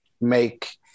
make –